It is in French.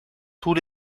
tous